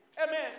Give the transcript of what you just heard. Amen